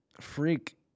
Freak